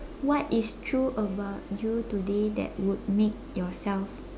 what is true about you today that would make yourself